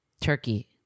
Turkey